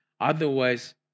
Otherwise